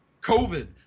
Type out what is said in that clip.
COVID